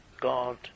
God